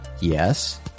yes